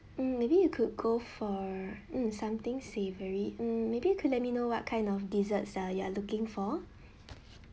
hmm maybe you could go for hmm something savoury hmm maybe you can let me know what kind of desserts are you're looking for